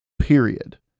period